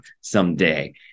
someday